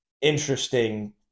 interesting